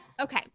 Okay